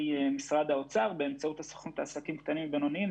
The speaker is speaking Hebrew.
משרד האוצר באמצעות הרשות לעסקים קטנים ובינוניים.